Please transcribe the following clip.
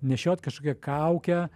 nešiot kažkokią kaukę